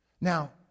Now